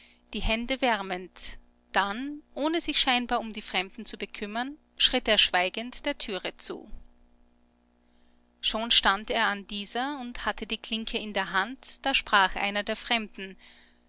die hände wärmend dann ohne sich scheinbar um die fremden zu bekümmern schritt er schweigend der türe zu schon stand er an dieser und hatte die klinke in der hand da sprach einer der fremden